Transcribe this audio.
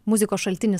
muzikos šaltinis